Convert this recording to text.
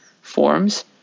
forms